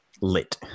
lit